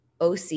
OC